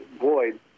Boyd